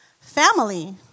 family